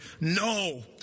no